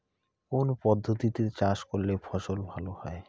কোন পদ্ধতিতে চাষ করলে ফসল ভালো হয়?